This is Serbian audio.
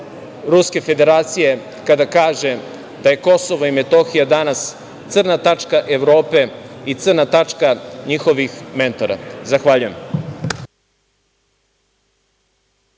Ruske Federacije, kada kaže da je Kosovo i Metohija danas crna tačka Evrope i crna tačka njihovih mentora. Zahvaljujem.